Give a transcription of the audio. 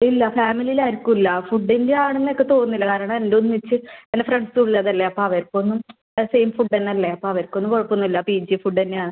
ഇല്ല ഫാമിലിയിൽ ആർക്കും ഇല്ല ഫുഡിൻ്റെ ആണെന്ന് എനിക്ക് തോന്നുന്നില്ല കാരണം എൻ്റെ ഒന്നിച്ച് എൻ്റെ ഫ്രണ്ട്സ് ഉള്ളതല്ലേ അപ്പോൾ അവർക്ക് ഒന്നും ആ സെയിം ഫുഡ്ഡു തന്നെ അല്ലേ അപ്പോൾ അവർക്കൊന്നും കുഴപ്പമൊന്നും ഇല്ല പി ജി ഫുഡ്ഡ് തന്നെയാ